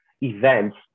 events